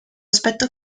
aspetto